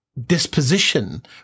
disposition